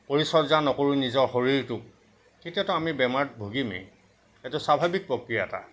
পৰিচৰ্যা নকৰোঁ নিজৰ শৰীৰটোক তেতিয়াতো আমি বেমাৰত ভুগিমেই এইটো স্বাভাৱিক প্ৰক্ৰিয়া এটা